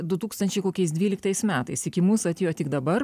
du tūkstančiai kokiais dvyliktais metais iki mūsų atėjo tik dabar